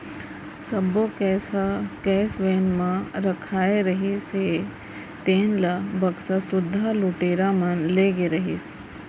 सब्बो पइसा म कैस वेन म बक्सा म रखाए रहिस हे तेन ल बक्सा सुद्धा लुटेरा मन ले गे रहिस